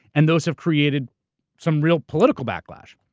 and those have created some real political backlash.